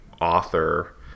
author